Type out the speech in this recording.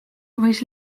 võis